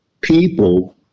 people